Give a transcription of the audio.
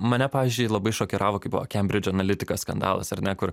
mane pavyzdžiui labai šokiravo kai buvo kembridžo analitiko skandalas ar ne kur